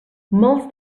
molts